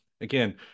again